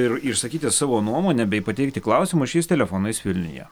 ir išsakyti savo nuomonę bei pateikti klausimą šiais telefonais vilniuje